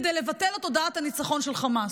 כדי לבטל את תודעת הניצחון של חמאס.